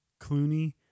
Clooney